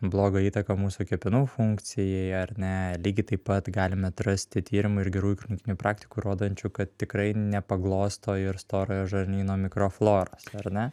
blogą įtaką mūsų kepenų funkcijai ar ne lygiai taip pat galime atrasti tyrimų ir gerųjų klinikinių praktikų rodančių kad tikrai nepaglosto ir storojo žarnyno mikrofloros ar ne